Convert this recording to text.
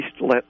let